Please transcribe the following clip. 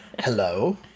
hello